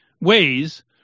ways